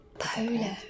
Polo